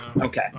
Okay